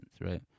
right